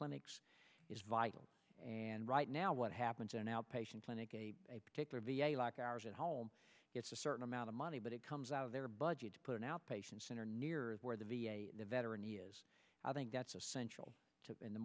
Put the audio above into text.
clinics is vital and right now what happens in outpatient clinic a particular v a like ours at home it's a certain amount of money but it comes out of their budget to put an outpatient center near where the v a veteran i think that's essential to